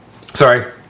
Sorry